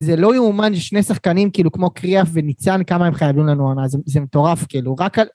זה לא יאומן, ששני שחקנים כאילו כמו קריאף וניצן, כמה הם חייבים לנו העונה הזו, זה מטורף כאילו, רק על...